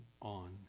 on